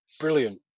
Brilliant